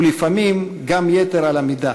ולפעמים גם יתר על המידה.